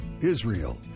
Israel